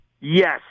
Yes